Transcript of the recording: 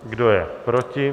Kdo je proti?